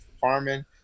farming